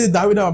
David